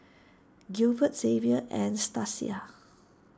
Gilbert Zavier and Stasia